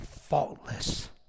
faultless